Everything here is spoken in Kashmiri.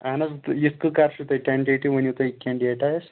اَہن حظ تہٕ یِتھ تہٕ کَر چھُو تۄہہِ ٹٮ۪نٹیٹِو ؤنِو تُہۍ کیںٛہہ ڈیٹہ اَسہِ